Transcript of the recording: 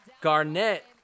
Garnett